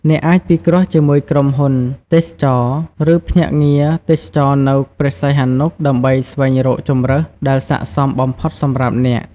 អ្នកអាចពិគ្រោះជាមួយក្រុមហ៊ុនទេសចរណ៍ ឬភ្នាក់ងារទេសចរណ៍នៅព្រះសីហនុដើម្បីស្វែងរកជម្រើសដែលស័ក្តិសមបំផុតសម្រាប់អ្នក។